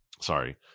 Sorry